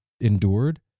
endured